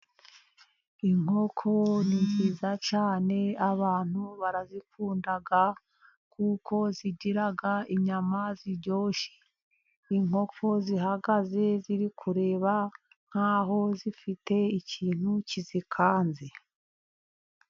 Inkoko ni nziza cyane. Abantu barazikunda kuko zigira inyama ziryoshye. Inkoko zihagaze ziri kureba nkaho zifite ikintu kizikanze.